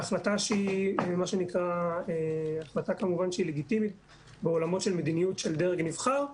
בהחלטה שהיא כמובן לגיטימית בעולמות של מדיניות של דרג נבחר,